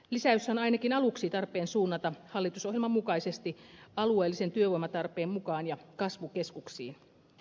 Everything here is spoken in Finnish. lisäys on ainakin aluksi tarpeen suunnata hallitusohjelman mukaisesti alueellisen työvoimatarpeen mukaan ja kasvukeskuksiin